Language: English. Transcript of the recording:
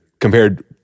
compared